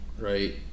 right